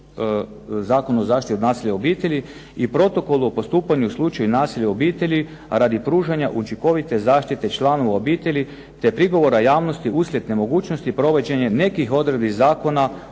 Zakona o zaštiti od nasilja u obitelji i Protokol o postupanja i slučaju nasilja u obitelju, a radi pružanja učinkovite zaštite članova u obitelji, te prigovora javnosti uslijed nemogućnosti provođenja nekih odredbi Zakona